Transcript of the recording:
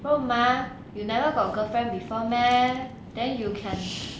肉麻 you never got girlfriend before meh then you can